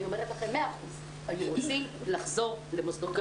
אני אומרת לכם ש-100% היו רוצים לחזור למוסדות.